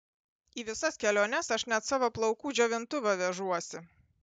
į visas keliones aš net savo plaukų džiovintuvą vežuosi